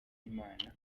imana